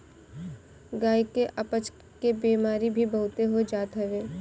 गाई के अपच के बेमारी भी बहुते हो जात हवे